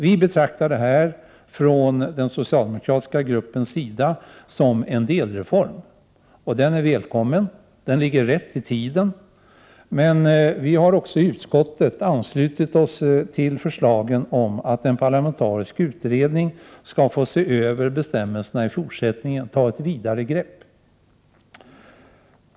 Vi betraktar detta från den socialdemokratiska gruppens sida som en delreform. Den är välkommen, och den ligger rätt i tiden. Men vi har också i utskottet anslutit oss till förslagen om att en parlamentarisk utredning skall ta ett vidare grepp och se över bestämmelserna i fortsättningen.